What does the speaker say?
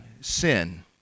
sin